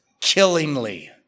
killingly